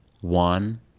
one